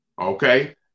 Okay